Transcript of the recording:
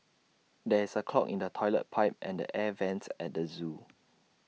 there is A clog in the Toilet Pipe and the air Vents at the Zoo